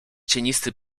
cienisty